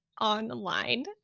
online